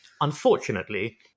Unfortunately